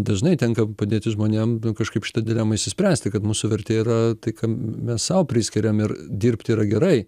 dažnai tenka padėti žmonėm kažkaip šitą dilemą išsispręsti kad mūsų vertė yra tai ką mes sau priskiriam ir dirbti yra gerai